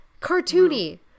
Cartoony